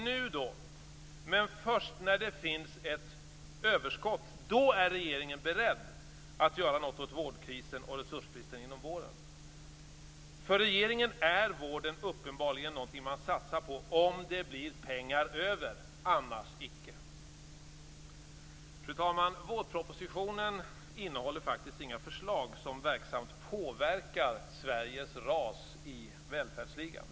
Nu - men först när det finns ett överskott - är regeringen beredd att göra något åt vårdkrisen och resursbristen inom vården. För regeringen är vården uppenbarligen någonting man satsar på om det blir pengar över - Fru talman! Vårpropositionen innehåller faktiskt inga förslag som verksamt påverkar Sveriges ras i välfärdsligan.